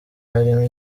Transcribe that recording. harimo